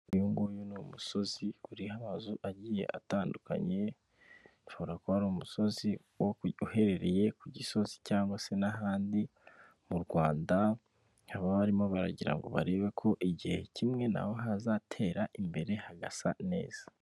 Uyu nguyu ni umusozi uriho amazu agiye atandukanye, ushobora kuba ari umusozi uherereye ku Gisozi cyangwa se n'ahandi mu Rwanda, haba barimo baragira ngo barebe ko igihe kimwe naho hazatera imbere hagasa neza.